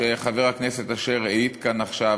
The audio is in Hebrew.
שחבר הכנסת אשר העיד עליה כאן עכשיו,